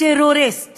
טרוריסט